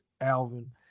Alvin